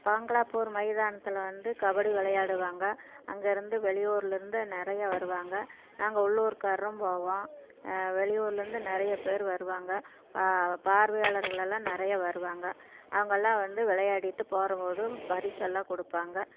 பங்களாப்பூர் மைதானத்தில் வந்து கபடி விளையாடுவாங்க அங்கே இருந்து வெளியூரில் இருந்து நிறையா வருவாங்க நாங்கள் உள்ளூர்க்காரும் போவோம் வெளியூர்லருந்து நிறைய பேரு வருவாங்க பார்வையாளர்கள் எல்லாம் நிறையா வருவாங்க அவங்கள்லாம் வந்து விளையாடிட்டு போகும்போது பரிசெல்லாம் கொடுப்பாங்க